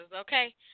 okay